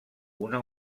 una